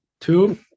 two